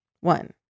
One